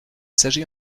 s’agit